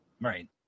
Right